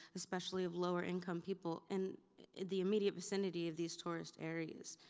especially of lower-income people in the immediate vicinity of these tourist areas.